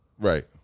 Right